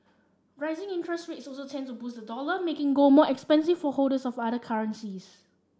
rising interest rates also tend to boost the dollar making gold more expensive for holders of other currencies